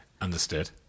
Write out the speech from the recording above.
Understood